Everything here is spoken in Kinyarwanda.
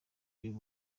y’u